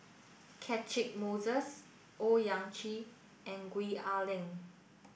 Catchick Moses Owyang Chi and Gwee Ah Leng